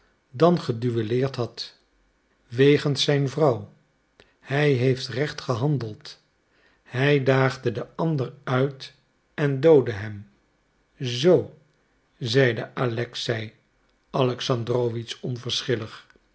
dan geduelleerd had wegens zijn vrouw hij heeft recht gehandeld hij daagde den ander uit en doodde hem zoo zeide alexei alexandrowitsch